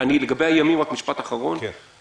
משפט אחרון לגבי הימים.